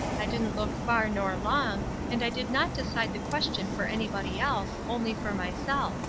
i didn't look far nor long, and i did not decide the question for anybody else, only for myself.